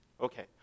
Okay